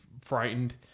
frightened